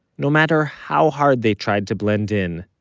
no matter how hard they tried to blend in,